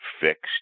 fixed